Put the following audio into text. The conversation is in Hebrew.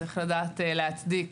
צריך לדעת להצדיק.